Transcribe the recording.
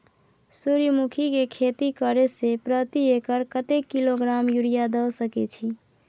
सूर्यमुखी के खेती करे से प्रति एकर कतेक किलोग्राम यूरिया द सके छी?